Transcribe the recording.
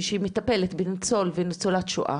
שמטפלת בניצול או ניצולת שואה,